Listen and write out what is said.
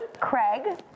Craig